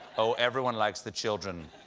oh, everyone likes the children,